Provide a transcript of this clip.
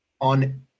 on